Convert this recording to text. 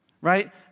right